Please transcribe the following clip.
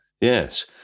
Yes